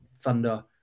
Thunder